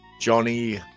Johnny